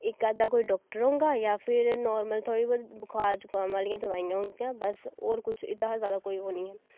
इक अध्दा कोई डाक्टर होगा जां फ्ही नार्मल थोह्ड़ी बौह्ती बुखार जुखाम आह्लियां दवाईयां होंदियां बस होर कुछ एह्दे शा जादा नी ऐ